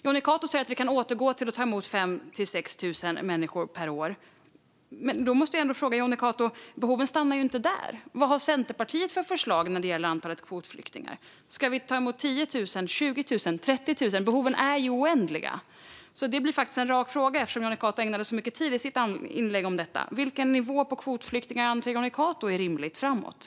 Jonny Cato säger att vi kan återgå till att ta emot 5 000-6 000 människor per år, men då måste jag fråga honom: Behoven stannar ju inte där - vad har Centerpartiet för förslag när det gäller antalet kvotflyktingar? Ska vi ta emot 10 000, 20 000 eller 30 000? Behoven är oändliga. Det blir en rak fråga eftersom Jonny Cato ägnade så mycket tid i sitt inlägg åt detta: Vilken nivå på kvotflyktingar anser Jonny Cato är rimlig framöver?